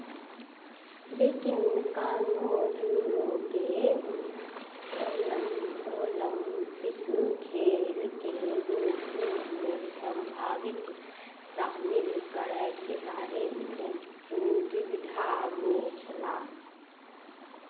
लेकिन कानो जूडोकेँ ओल्म ओलम्पिक खेलके रूपमे सम्भावित शामिल करयके बारेमे दुविधामे छलाह